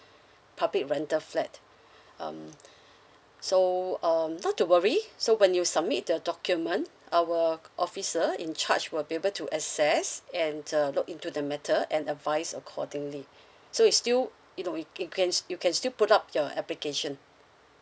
public rental flat um so um not to worry so when you submit the document our officer in charge will be able to access and look into the matter and advise accordingly so it's still you know it can you can still put up your application